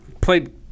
played